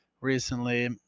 recently